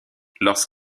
lors